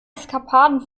eskapaden